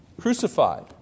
crucified